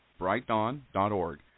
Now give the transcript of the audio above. brightdawn.org